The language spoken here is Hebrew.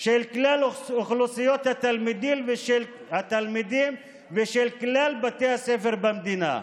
אל כלל אוכלוסיית התלמידים ואל כלל בתי הספר במדינה,